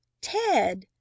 Ted